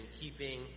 keeping